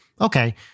Okay